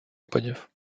опадів